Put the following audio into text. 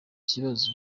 kibazo